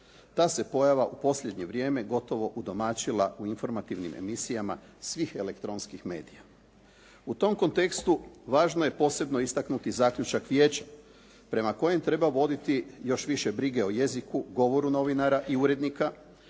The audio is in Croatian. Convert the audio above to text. Ta se pojava u posljednje vrijeme gotovo udomaćila u informativnim emisijama svih elektronskih medija. U tom kontekstu važno je posebno istaknuti zaključak vijeća, prema kojem treba voditi još više brige o jeziku, govoru novinara i urednika,